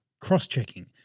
cross-checking